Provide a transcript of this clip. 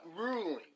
ruling